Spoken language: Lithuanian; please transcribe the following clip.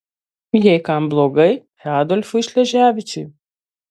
jei kam blogai tai adolfui šleževičiui